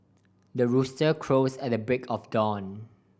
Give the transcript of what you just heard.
the rooster crows at the break of dawn